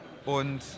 Und